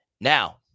now